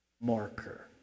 marker